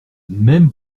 même